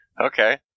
okay